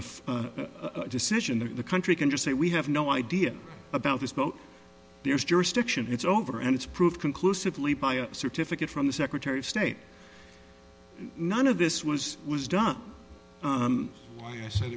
full decision that the country can just say we have no idea about this boat there's jurisdiction it's over and it's proved conclusively by a certificate from the secretary of state none of this was was done